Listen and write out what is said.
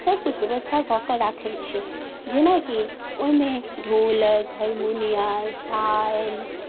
सबकिछु व्यवस्था कऽ कऽ राखै छियै जेनाकि ओहिमे ढोलक हरमोनियम छाल